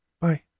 Bye